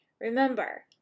Remember